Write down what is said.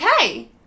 okay